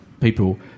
people